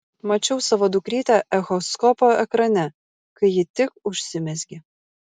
mačiau savo dukrytę echoskopo ekrane kai ji tik užsimezgė